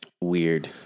weird